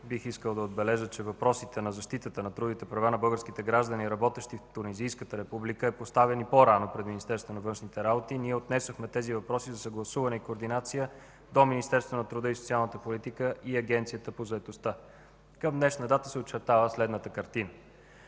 бих искал да отбележа, че въпросите на защитата на трудовите права на българските граждани, работещи в Тунизийската република, е поставян и по-рано пред Министерството на външните работи. Ние отнесохме тези въпроси за съгласуване и координация до Министерството на труда и социалната политика и Агенцията по заетостта. Към днешна дата се очертава следната картина.